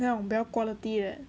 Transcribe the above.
不要没有 quality 的